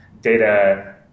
data